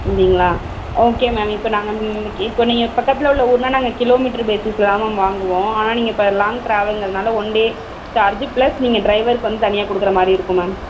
அப்படிங்ளா okay ma'am இப்போ நாங்கள் இப்போ நீங்கள் பக்கத்தில் உள்ள ஊர்னால் நாங்கள் கீலோமீட்டரு பேஸிஸில் தான் மேம் வாங்குவோம் ஆனால் நீங்கள் இப்போ லாங் டிராவலுகிறனால ஒன் டே சார்ஜு ப்ளஸ் நீங்கள் டிரைவர்க்கு வந்து தனியாக கொடுக்குற மாதிரி இருக்கும் மேம்